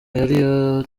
yari